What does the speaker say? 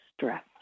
stress